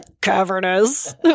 cavernous